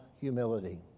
humility